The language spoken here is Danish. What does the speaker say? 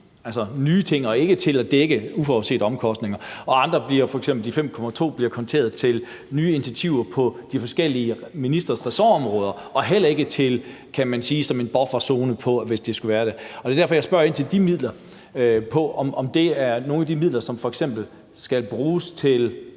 altså nye ting, og ikke til at dække uforudsete omkostninger. Andre, f.eks. de 5,2 mia. kr., bliver konteret til nye initiativer på de forskellige ministres ressortområder og heller ikke – kan man sige – som en bufferzone på det. Det er derfor, jeg spørger ind til de midler, altså om det f.eks. er nogle af de midler, nogle af de reserver,